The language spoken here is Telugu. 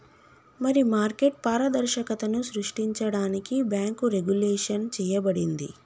మరి మార్కెట్ పారదర్శకతను సృష్టించడానికి బాంకు రెగ్వులేషన్ చేయబడింది